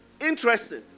Interesting